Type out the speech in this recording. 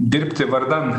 dirbti vardan